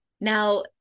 Now –